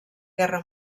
guerra